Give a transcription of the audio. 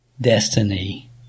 destiny